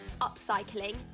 upcycling